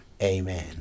amen